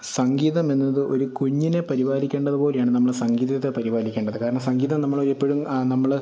സംഗീതം എന്നത് ഒരു കുഞ്ഞിനെ പരിപാലിക്കേണ്ടതു പോലെയാണ് നമ്മൾ സംഗീതത്തെ പരിപാലിക്കേണ്ടത് കാരണം സംഗീതം നമ്മൾ എപ്പോഴും നമ്മൾ